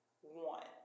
One